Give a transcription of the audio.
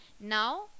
now